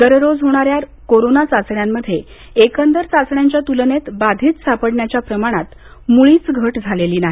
दररोज होणाऱ्या कोरोना चाचण्यांमध्ये एकंदर चाचण्यांच्या तुलनेत बाधित सापडण्याच्या प्रमाणात मुळीच घट झालेली नाही